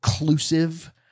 inclusive